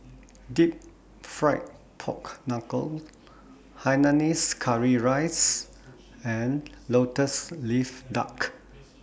Deep Fried Pork Knuckle Hainanese Curry Rice and Lotus Leaf Duck